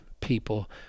people